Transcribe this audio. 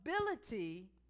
ability